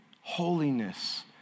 holiness